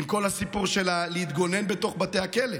עם כל הסיפור של להתגונן בתוך בתי הכלא,